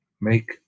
make